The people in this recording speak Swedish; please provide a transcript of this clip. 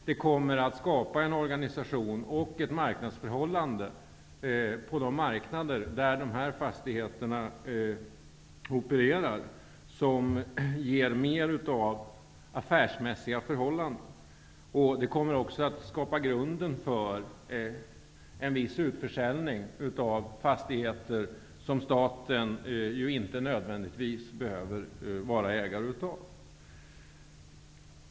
Det kommer att skapa en organisation och ett marknadsförhållande på de marknader där dessa fastigheter opererar som innebär en högre grad av affärsmässighet, och det kommer också att skapa grunden för en viss utförsäljning av fastigheter som staten inte nödvändigtvis behöver vara ägare av.